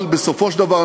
אבל בסופו של דבר,